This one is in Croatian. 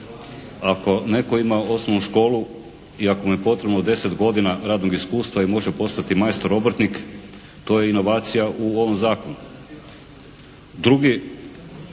Ako netko ima osnovnu školu i ako mu je potrebno 10 godina radnog iskustva i može postati majstor obrtnik to je inovacija u ovom zakonu.